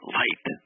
light